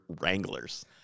Wranglers